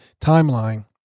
timeline